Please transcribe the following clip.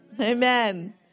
Amen